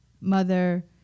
mother